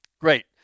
Great